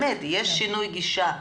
יש שינוי גישה.